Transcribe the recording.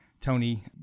Tony